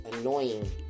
annoying